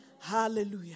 Hallelujah